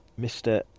Mr